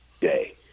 day